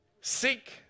Seek